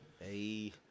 Hey